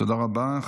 תודה רבה.